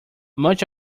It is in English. much